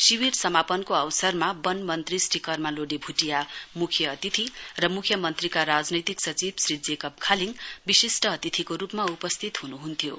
शिविर समापनको अवसरमा बन मन्त्री श्री कर्मा लोडे भूटिया मुख्य अतिथि र मुख्यमन्त्रीका राजनैतिक सचिव श्री जोकब खालिङ विशिस्ट अतिथिको रुपमा उपस्थित हुनुहन्थ्यो